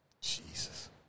Jesus